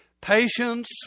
Patience